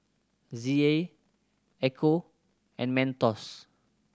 Z A Ecco and Mentos